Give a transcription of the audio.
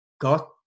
got